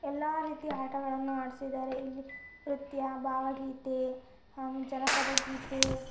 ಎಲ್ಲ ರೀತಿಯ ಆಟಗಳನ್ನು ಆಡ್ಸಿದ್ದಾರೆ ಇಲ್ಲಿ ನೃತ್ಯ ಭಾವಗೀತೆ ಹಾಗೂ ಜನಪದ ಗೀತೆ